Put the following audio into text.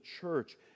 church